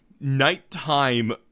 nighttime